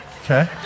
Okay